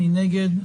מי נגד?